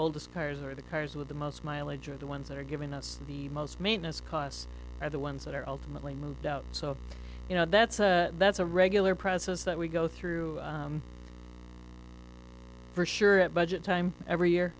oldest cars are the cars with the most mileage are the ones that are giving us the most maintenance costs are the ones that are ultimately moved out so you know that's that's a regular process that we go through for sure at budget time every year